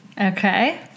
Okay